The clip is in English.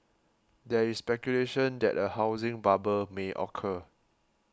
there is speculation that a housing bubble may occur